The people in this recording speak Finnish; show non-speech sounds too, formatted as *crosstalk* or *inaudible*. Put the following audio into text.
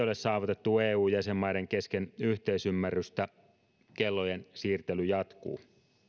*unintelligible* ole saavutettu eu jäsenmaiden kesken yhteisymmärrystä kellojen siirtely jatkuu